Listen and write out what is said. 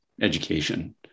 education